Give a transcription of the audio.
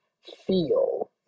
feel